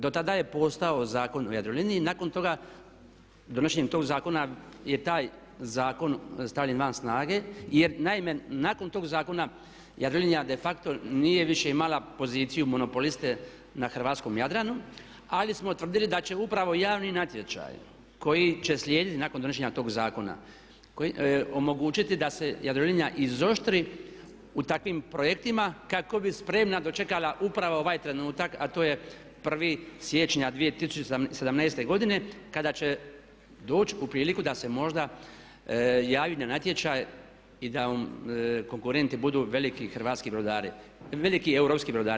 Do tada je postojao Zakon o Jadroliniji, nakon toga, donošenje tog zakona je taj zakon stavljen van snage jer naime nakon tog zakona Jadrolinija de facto nije više imala poziciju monopoliste na Hrvatskom Jadranu ali smo utvrdili da će upravo javni natječaji koji će slijediti nakon donošenja tog zakona omogućiti da se Jadrolinija izoštri u takvim projektima kako bi spremna dočekala upravo ovaj trenutak a to je prvi siječnja 2017.godine kada će doći u priliku da se možda javi na natječaj i da konkurentni budu veliki hrvatski brodari, veliki europski brodari.